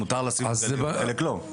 לשים דגלים ובחלק לא.